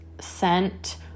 scent